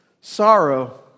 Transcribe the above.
sorrow